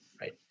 right